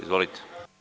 Izvolite.